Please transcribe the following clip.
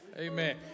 Amen